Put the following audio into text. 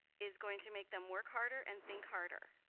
is going to make them work harder and think harder